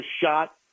shot